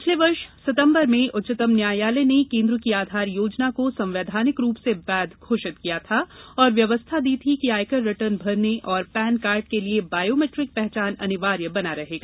पिछले वर्ष सितंबर में उच्चतम न्यायालय ने केन्द्र की आधार योजना को संवैधानिक रूप से वैध घोषित किया था और व्यवस्था दी थी कि आयकर रिटर्न भरने तथा पैन कार्ड के लिए बायोमेट्रिक पहचान अनिवार्य बना रहेगा